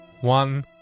One